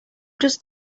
just